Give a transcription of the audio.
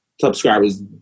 subscribers